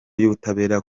y’ubutabera